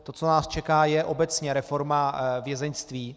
To, co nás čeká, je obecně reforma vězeňství.